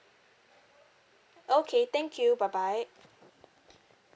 okay thank you bye bye